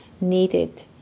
needed